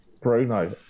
Bruno